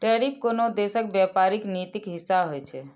tariff कोनो देशक व्यापारिक नीतिक हिस्सा होइ छै